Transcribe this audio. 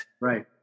Right